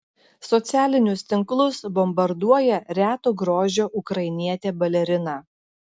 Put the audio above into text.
socialinius tinklus bombarduoja reto grožio ukrainietė balerina